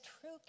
true